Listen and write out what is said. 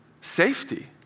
safety